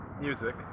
Music